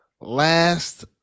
last